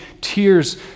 tears